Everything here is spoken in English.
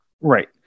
Right